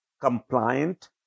compliant